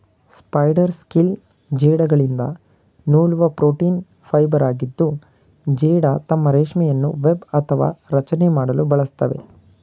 spider silk ಜೇಡಗಳಿಂದ ನೂಲುವ protein ಫೈಬರಾಗಿದ್ದು ಜೇಡ ತಮ್ಮ ರೇಷ್ಮೆಯನ್ನು ವೆಬ್ ಅಥವಾ ರಚನೆ ಮಾಡಲು ಬಳಸ್ತವೆ